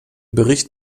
bericht